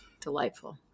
delightful